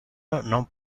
non